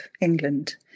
England